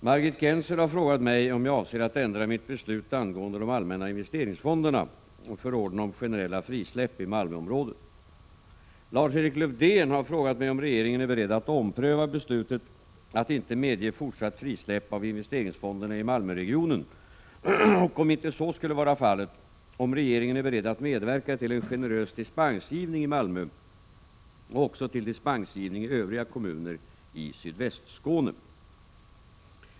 Herr talman! Margit Gennser har frågat mig om jag avser att ändra mitt beslut angående de allmänna investeringsfonderna och förordna om generella frisläpp i Malmöområdet. Lars-Erik Lövdén har frågat mig om regeringen är beredd att ompröva beslutet att inte medge fortsatt frisläpp av investeringsfonderna i Malmöregionen och, om så inte skulle vara fallet, om regeringen är beredd att medverka till en generös dispensgivning i Malmö och också till dispensgivning i övriga kommuner i Sydvästskåne.